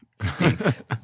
speaks